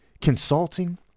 consulting